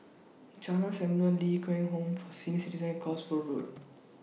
Jalan Samulun Ling Kwang Home For Senior Citizens Cosford Road